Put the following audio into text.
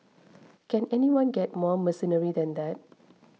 can anyone get more mercenary than that